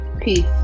Peace